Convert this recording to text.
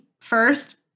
first